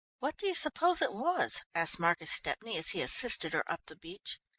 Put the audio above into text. what do you suppose it was? asked marcus stepney as he assisted her up the beach.